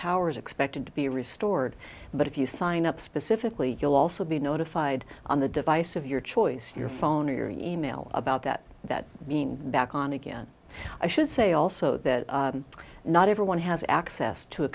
power is expected to be restored but if you sign up specifically you'll also be notified on the device of your choice your phone or your e mail about that that means back on again i should say also that not everyone has access to a